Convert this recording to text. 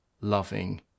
loving